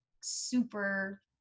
super